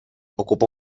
ocupó